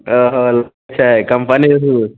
हँ हँ छै कम्पनी